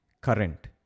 current